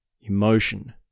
emotion